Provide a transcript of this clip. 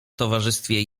towarzystwie